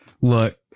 Look